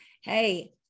hey